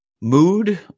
mood